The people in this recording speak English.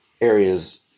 areas